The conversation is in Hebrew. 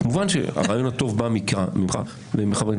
כמובן הרעיון הטוב בא ממך ומחברי כנסת